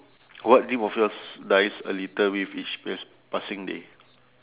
what dream of yours dies a little with each p~ passing day